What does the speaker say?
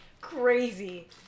crazy